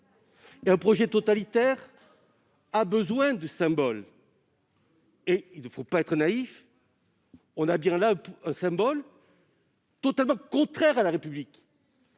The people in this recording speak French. Un projet totalitaire a besoin de symboles. Il ne faut pas être naïf : nous avons bien là un symbole totalement contraire à la République,